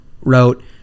wrote